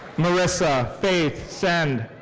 marissa faith send.